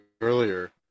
earlier